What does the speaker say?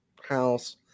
house